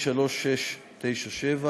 התשע"ז 2017,